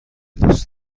دوست